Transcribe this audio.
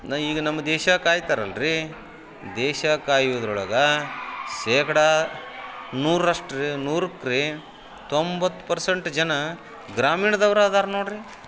ನಾ ಈಗ ನಮ್ಮ ದೇಶ ಕಾಯ್ತಾರಲ್ಲ ರೀ ದೇಶ ಕಾಯೋದ್ರೊಳಗೆ ಶೇಕಡಾ ನೂರರಷ್ಟ್ರಿ ನೂರಕ್ಕೆ ರಿ ತೊಂಬತ್ತು ಪರ್ಸೆಂಟ್ ಜನ ಗ್ರಾಮೀಣದವ್ರೇ ಅದಾರೆ ನೋಡಿರಿ